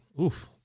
Oof